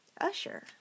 Usher